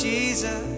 Jesus